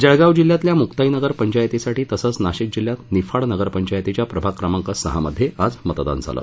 जळगाव जिल्ह्यातल्या मुक्ताई नगर पंचायतीसाठी तसंच नाशिक जिल्ह्यात निफाड नगरपंचायतीच्या प्रभाग क्रमाक सहामधे आज मतदान झालं